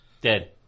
Dead